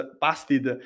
busted